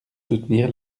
soutenir